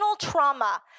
trauma